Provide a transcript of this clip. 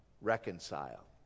Reconcile